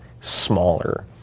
smaller